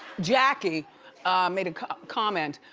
jackie made a comment